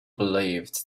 believed